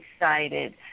excited